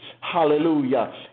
Hallelujah